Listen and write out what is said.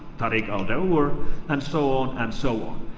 tariq al-daour and so on and so on.